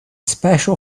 special